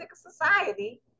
society